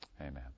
Amen